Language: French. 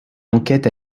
enquête